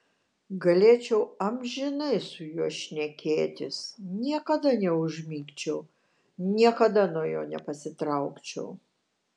galėčiau amžinai su juo šnekėtis niekada neužmigčiau niekada nuo jo nepasitraukčiau